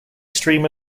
stream